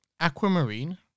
Aquamarine